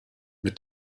mit